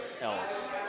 else